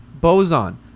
boson